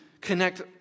connect